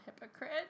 hypocrite